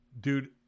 dude